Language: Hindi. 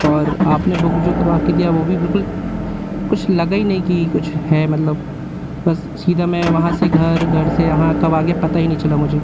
और आपने बुक जो करवा कर दिया वो भी बिल्कुल कुछ लगा ही नहीं कि कुछ है मतलब बस सीधा मैं वहाँ से घर घर से यहाँ कब आ गया पता ही नहीं चला मुझे